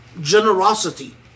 generosity